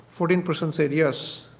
forty percent say yes.